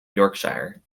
yorkshire